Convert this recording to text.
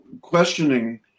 questioning